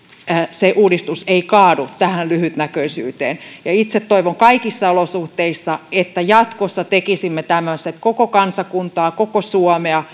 se uudistus ei kaadu tähän lyhytnäköisyyteen toivon kaikissa olosuhteissa että jatkossa tekisimme tämmöiset koko kansakuntaa koko suomea